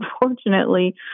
unfortunately